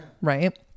right